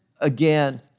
again